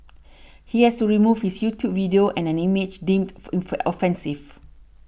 he has to remove his YouTube video and an image deemed offensive